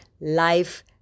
life